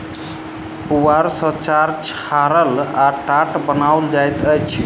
पुआर सॅ चार छाड़ल आ टाट बनाओल जाइत अछि